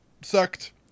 sucked